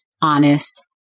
honest